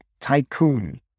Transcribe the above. tycoon